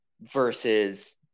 versus